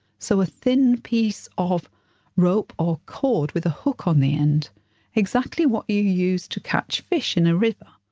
so a thin piece of rope or chord, with a hook on the end exactly what you use to catch fish in a river.